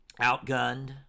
outgunned